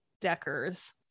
deckers